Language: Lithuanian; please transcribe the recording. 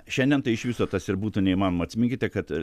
šiandien tai iš viso tas ir būtų neįmanoma atsiminkite kad